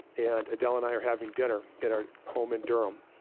and adele and i are having dinner in our home in durham,